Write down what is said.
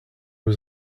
was